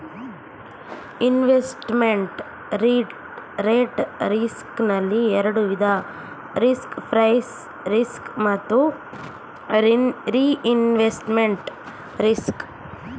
investment rate risk ನಲ್ಲಿ ಎರಡು ವಿಧ ರಿಸ್ಕ್ ಪ್ರೈಸ್ ರಿಸ್ಕ್ ಮತ್ತು ರಿಇನ್ವೆಸ್ಟ್ಮೆಂಟ್ ರಿಸ್ಕ್